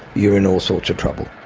you're in all sorts of trouble.